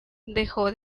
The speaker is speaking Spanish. dejó